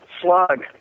Slug